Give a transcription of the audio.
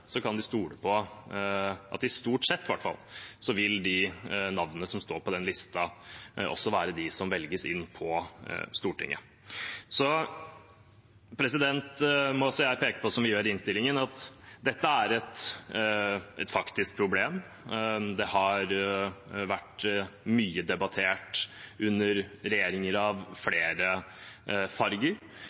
kan de stole på – stort sett, i hvert fall – at de navnene som står på den listen, også vil være dem som velges inn på Stortinget. Så må også jeg peke på, som vi gjør i innstillingen, at dette er et faktisk problem. Det har vært mye debattert under regjeringer av flere farger.